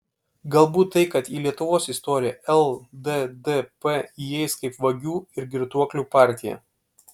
galbūt tai kad į lietuvos istoriją lddp įeis kaip vagių ir girtuoklių partija